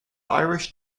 irish